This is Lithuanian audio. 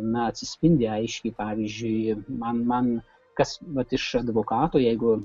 na atsispindi aiškiai pavyzdžiui man man kas vat iš advokato jeigu